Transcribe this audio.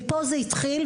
מפה זה התחיל.